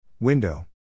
Window